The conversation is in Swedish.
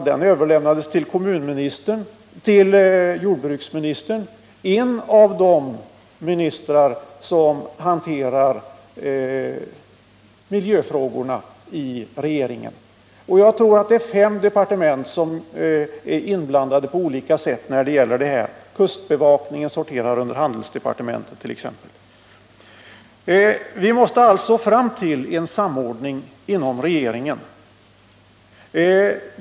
Den framställningen överlämnades till jordbruksministern, en av de ministrar som hanterar miljöfrågorna i regeringen. Jag tror att fem departement på olika sätt är inblandade i handläggningen av sådana frågor. Låt mig t.ex. nämna att kustbevakningen sorterar under handelsdepartementet. Vi måste alltså få till stånd en samordning inom regeringen.